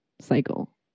cycle